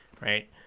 right